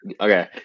okay